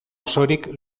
osorik